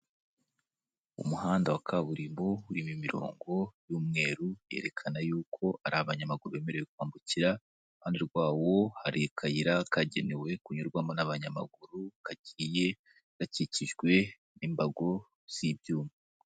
Umuhanda wa kaburimbo uririmo imirongo y'umweru yerekana yuko ari abanyamaguru bemerewe kuhambukira. Iruhande rwawo hari akayira kagenewe kunyurwamo n'abanyamaguru kagiye gakikijwe n'i imbago z'ibyuma.